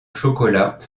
chocolat